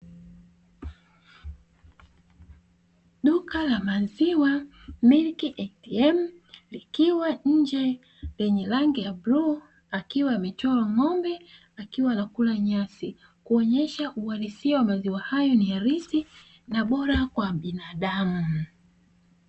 Duka la maziwa "Milk ATM" likiwa nje lenye rangi ya bluu akiwa amechorwa ng'ombe akiwa anakula nyasi kuonyesha uhalisia wa maziwa hayo ni halisi na bora kwa binadamu.